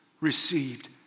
received